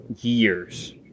years